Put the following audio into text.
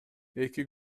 эки